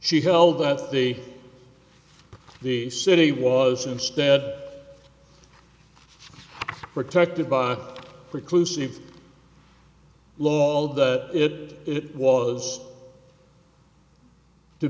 she held that the the city was instead protected by a reclusive law all that it it was to